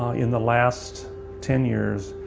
ah in the last ten years,